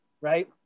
right